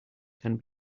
can